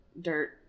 dirt